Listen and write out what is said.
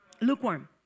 Lukewarm